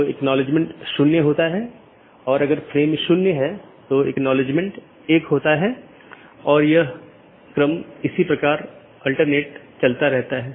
तो यह एक तरह से पिंगिंग है और एक नियमित अंतराल पर की जाती है